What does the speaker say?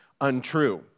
untrue